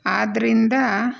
ಆದ್ರಿಂದ